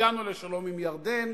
הגענו לשלום עם ירדן